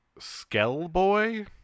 Skellboy